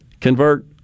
convert